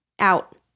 Out